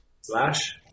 Slash